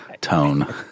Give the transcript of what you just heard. tone